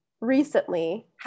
recently